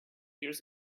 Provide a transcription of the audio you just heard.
years